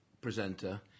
presenter